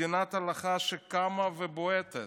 מדינת הלכה שקמה ובועטת.